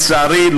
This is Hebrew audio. לצערי,